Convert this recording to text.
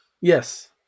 Yes